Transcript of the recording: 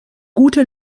gute